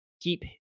keep